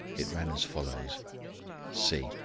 it ran as follows c.